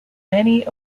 many